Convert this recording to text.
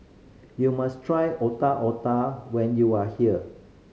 you must try Otak Otak when you are here